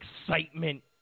excitement